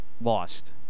lost